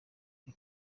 ari